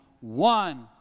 One